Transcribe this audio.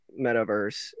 Metaverse